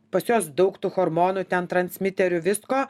pas juos daug tų hormonų ten transmiterių visko